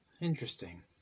Interesting